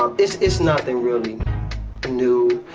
ah it's it's nothing really new.